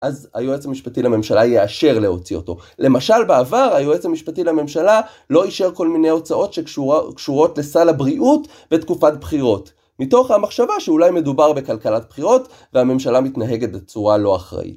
אז היועץ המשפטי לממשלה ייאשר להוציא אותו. למשל, בעבר היועץ המשפטי לממשלה לא אישר כל מיני הוצאות שקשורות לסל הבריאות ותקופת בחירות, מתוך המחשבה שאולי מדובר בכלכלת בחירות והממשלה מתנהגת בצורה לא אחראית.